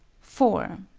four.